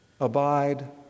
abide